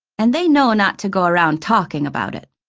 and they know not to go around talking about it.